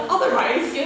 Otherwise